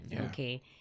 Okay